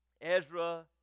Ezra